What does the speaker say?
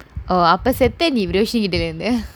oh அப்ப செத்த நீ:appe setha nee viroshi கிட்ட இருந்து:kitta irunthu